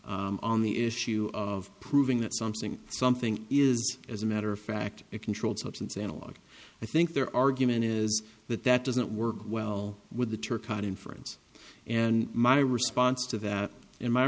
g on the issue of proving that something something is as a matter of fact it controlled substance analogue i think their argument is that that doesn't work well with the tour conference and my response to that in my